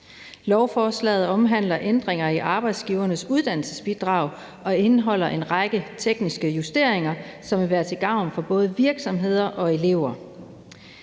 Lovforslaget omhandler ændringer i Arbejdsgivernes Uddannelsesbidrag og indeholder en række tekniske justeringer, som vil være til gavn for både virksomheder og elever.